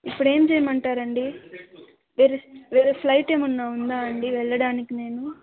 ఇప్పుడేం చేయమంటారండి వేరే వేరే ఫ్లయిట్ ఏమన్నా ఉందా అండి వెళ్ళడానికి నేను